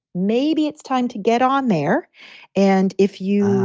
maybe it's time to get on there and if you